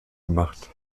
gemacht